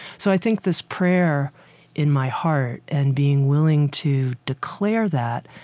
so i think this prayer in my heart and being willing to declare that,